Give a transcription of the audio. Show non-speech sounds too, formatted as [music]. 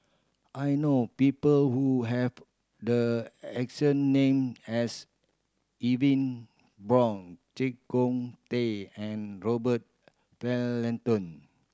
I know people who have the exact name as [unintelligible] Brown Chee Kong Tet and Robert [unintelligible]